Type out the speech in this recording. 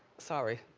sorry.